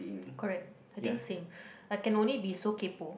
correct I think same I can only be so kaypo